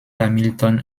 hamilton